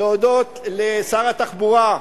להודות לשר התחבורה,